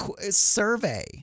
survey